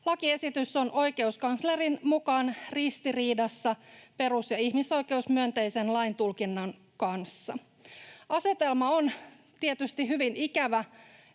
Lakiesitys on oikeuskanslerin mukaan ristiriidassa perus- ja ihmisoikeusmyönteisen laintulkinnan kanssa. Asetelma on tietysti hyvin ikävä